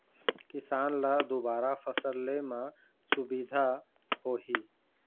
किसान ल दुबारा फसल ले म सुभिता होही